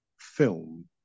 film